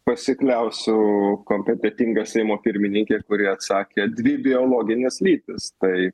pasikliausiau kompetentinga seimo pirmininkė kuri atsakė dvi biologinės lytys tai